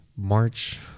March